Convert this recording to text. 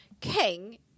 king